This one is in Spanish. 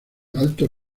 altos